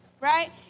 right